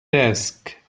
desk